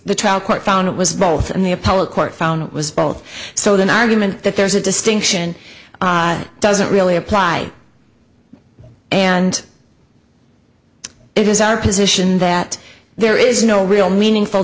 the trial court found it was both in the appellate court found it was both so then argument that there's a distinction it doesn't really apply and it is our position that there is no real meaningful